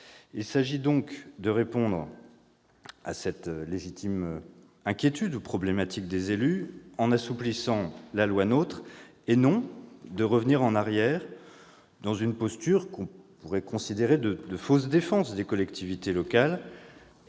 Il s'agit donc de répondre à cette légitime inquiétude des élus en assouplissant la loi NOTRe, et non de revenir en arrière, selon une posture que l'on pourrait qualifier de fausse défense des collectivités locales.